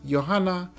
Johanna